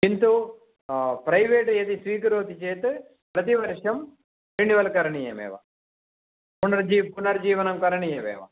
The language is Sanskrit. किन्तु प्रैवेट् यदि स्विकरोति चेत् प्रतिवर्षं रिनिवल् करणीयमेव पुनर्जी पुनर्जीवनं करणीयमेव